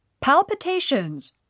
Palpitations